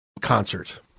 concert